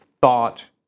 thought